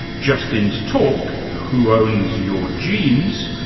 justin's talk who owns your genes?